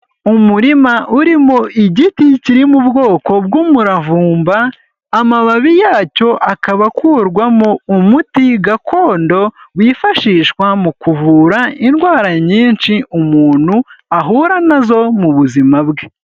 Umurima urimo igiti kiri mu bwoko bw'umuravumba, amababi yacyo akaba akurwamo umuti gakondo, wifashishwa mu kuvura indwara nyinshi umuntu ahura nazo mu buzima bwe.